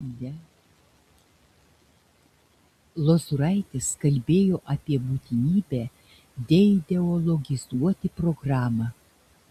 lozuraitis kalbėjo apie būtinybę deideologizuoti programą